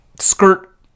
skirt